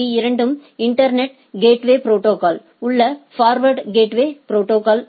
பீ இரண்டும் internet gateway ப்ரோடோகால்களில் உள்ள பார்டர் கேட்வே ப்ரோடோகால்